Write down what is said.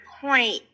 point